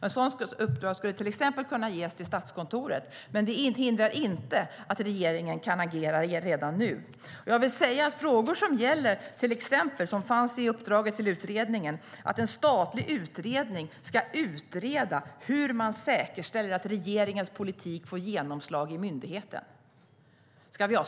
Ett sådant uppdrag skulle till exempel kunna ges till Statskontoret. Men det hindrar inte att regeringen kan agera redan nu. Ska vi ha statliga utredningar till att utreda hur man säkerställer att regeringens politik får genomslag i myndigheten?